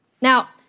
Now